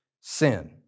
sin